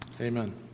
amen